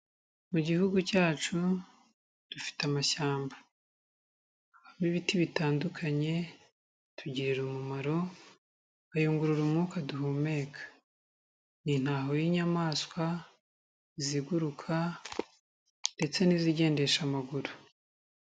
Mu gihugu cyacu dufite amashyamba, habamo ibiti bitandukanye bitugirira umumaro bikayungurura umwuka duhumeka, ni intaho y'inyamaswa iziguruka ndetse n'izigendesha amaguru.